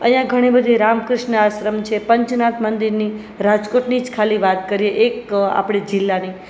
અહીંયા ઘણી બધી રામકૃષ્ણ આશ્રમ છે પંચનાથ મંદિરની રાજકોટની જ ખાલી વાત કરીએ એક આપણે જિલ્લાની